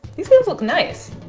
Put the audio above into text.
these ones look nice.